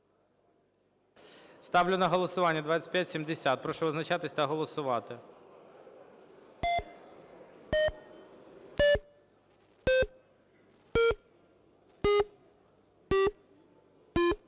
правку на голосування. Прошу визначатись та голосувати.